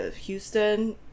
Houston